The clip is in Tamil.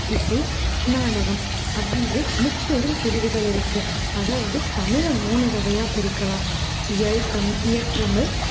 இசை நாடகம் அப்படின்று முப்பெரும் பிரிவுகள் இருக்குது அதாவது தமிழை மூணு வகையாக பிரிக்கலாம் இயல் தமி இயற்றமிழ்